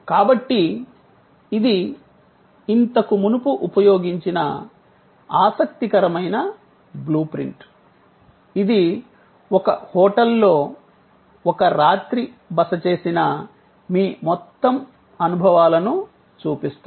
కాబట్టి ఇది ఇంతకు మునుపు ఉపయోగించిన ఆసక్తికరమైన బ్లూప్రింట్ ఇది ఒక హోటల్లో ఒక రాత్రి బస చేసిన మీ మొత్తం అనుభవాలను చూపిస్తుంది